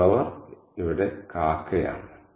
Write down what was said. മറ്റുള്ളവർ' ഇവിടെ കാക്കയാണ്